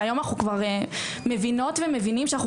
והיום אנחנו כבר מבינות ומבינים שאנחנו